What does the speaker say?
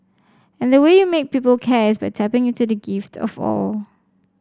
and the way you make people care is by tapping into that gift of awe